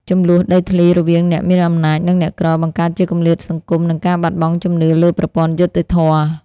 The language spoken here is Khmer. ជម្លោះដីធ្លីរវាងអ្នកមានអំណាច និងអ្នកក្រ បង្កើតជាគម្លាតសង្គម និងការបាត់បង់ជំនឿលើប្រព័ន្ធយុត្តិធម៌។